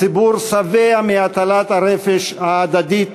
הציבור שבע מהטלת הרפש ההדדית